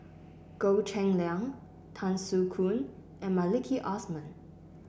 Goh Cheng Liang Tan Soo Khoon and Maliki Osman